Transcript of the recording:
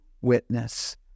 witness